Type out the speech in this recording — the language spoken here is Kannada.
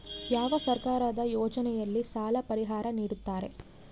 ಯಾವ ಸರ್ಕಾರದ ಯೋಜನೆಯಲ್ಲಿ ಸಾಲ ಪರಿಹಾರ ನೇಡುತ್ತಾರೆ?